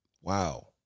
Wow